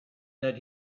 that